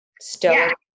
stoic